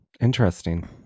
interesting